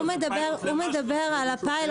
הוא מדבר על הפיילוט,